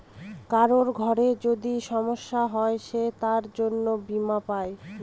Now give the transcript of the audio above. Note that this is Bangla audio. কারোর ঘরে যদি সমস্যা হয় সে তার জন্য বীমা পাই